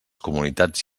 comunitats